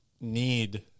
Need